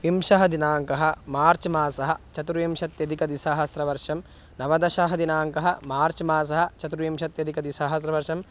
विंशतिः दिनाङ्कः मार्च् मासः चतुर्विंशत्यधिकद्विसहस्रवर्षं नवदशः दिनाङ्कः मार्च् मासः चतुर्विंशत्यधिकद्विसहस्रवर्षम्